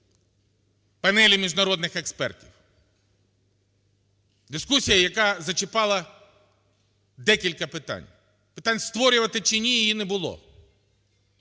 панелі міжнародних експертів, дискусія, яка зачіпала декілька питань. Питань, створювати чи ні, її не було.